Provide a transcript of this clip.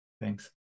Thanks